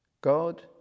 God